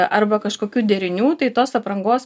arba kažkokių derinių tai tos aprangos